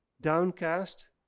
downcast